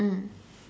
mm